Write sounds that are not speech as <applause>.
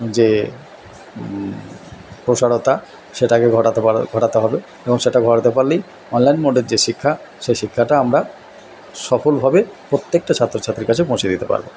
যে প্রসারতা সেটাকে ঘটাতে <unintelligible> ঘটাতে হবে এবং সেটা ঘটাতে পারলেই অনলাইন মোডের যে শিক্ষা সে শিক্ষাটা আমরা সফলভাবে প্রত্যেকটা ছাত্র ছাত্রীর কাছে পৌঁছে দিতে পারবো